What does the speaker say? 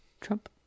Trump